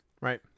Right